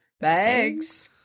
bags